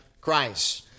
Christ